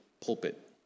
pulpit